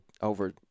over